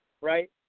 right